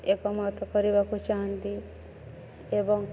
ଏକମତ କରିବାକୁ ଚାହାନ୍ତି ଏବଂ